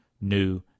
new